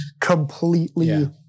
completely